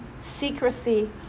secrecy